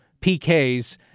PKs